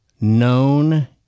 Known